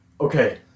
okay